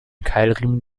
keilriemen